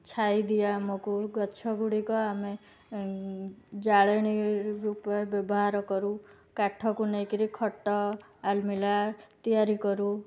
ଛାଇ ଦିଏ ଆମକୁ ଗଛଗୁଡ଼ିକ ଆମେ ଏଇ ଜାଳେଣୀ ରୂପେ ବ୍ୟବହାର କରୁ କାଠକୁ ନେଇ କିରି ଖଟ ଆଲମୀରା ତିଆରି କରୁ